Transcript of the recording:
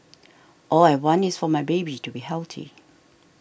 all I want is for my baby to be healthy